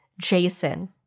Jason